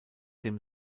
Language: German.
dem